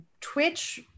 Twitch